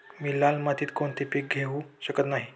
मी लाल मातीत कोणते पीक घेवू शकत नाही?